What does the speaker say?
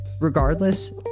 regardless